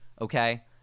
okay